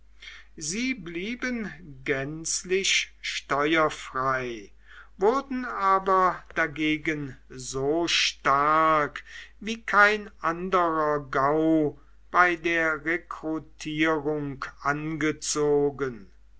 sie blieben gänzlich steuerfrei wurden aber dagegen so stark wie kein anderer gau bei der rekrutierung angezogen